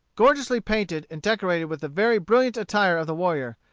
gorgeously painted, and decorated with the very brilliant attire of the warrior,